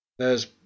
There's